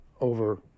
over